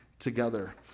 Together